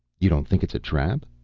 you don't think it's a trap?